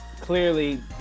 clearly